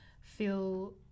feel